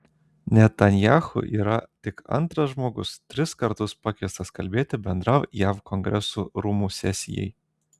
netanyahu yra tik antras žmogus tris kartus pakviestas kalbėti bendram jav kongreso rūmų sesijai